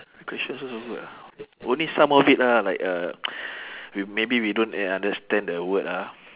question also so good ah only some of it lah like uh we maybe we don't really understand the word ah